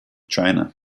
china